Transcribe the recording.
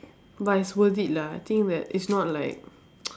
but it's worth it lah I think that it's not like